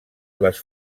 les